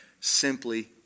simply